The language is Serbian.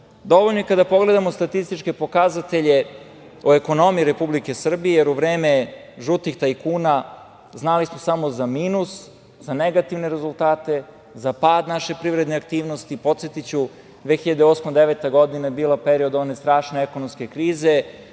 ostavi. Dovoljno je i kada pogledamo statističke pokazatelje o ekonomiji Republike Srbije, jer u vreme žutih tajkuna znali smo samo za minus, za negativne rezultate, za pad naše privredne aktivnosti. Podsetiću, 2008/2009. godina je bila period one strašne ekonomske krize,